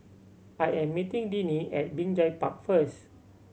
I am meeting Dennie at Binjai Park first